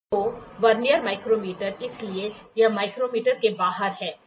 तो vernier micrometer इसलिए यह माइक्रोमीटर के बाहर है